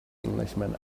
englishman